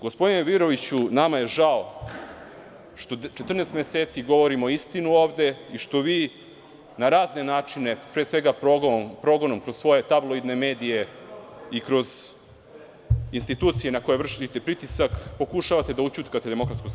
Gospodine Miroviću, nama je žao što 14 meseci govorimo ovde istinu, i što vi, na razne načine, pre svega progonom kroz svoje tabloidne medije i kroz institucije na koje vršite pritisak, pokušavate da ućutkate DS.